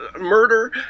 murder